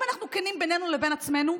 אם אנחנו כנים בינינו לבין עצמנו,